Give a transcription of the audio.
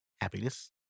happiness